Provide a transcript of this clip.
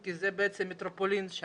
כי זה בעצם מטרופולין.